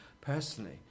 personally